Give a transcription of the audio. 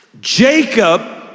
Jacob